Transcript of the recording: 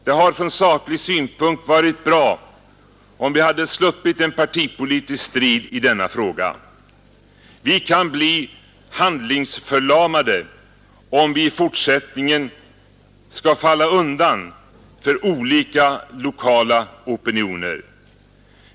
Det hade från saklig synpunkt varit bra, om vi hade sluppit en partipolitisk strid i denna fråga. Vi kan bli handlingsförlamade om vi i fortsättningen skall falla undan för olika lokala opinioner.